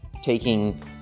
taking